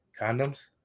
Condoms